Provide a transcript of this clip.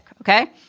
okay